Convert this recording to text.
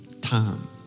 time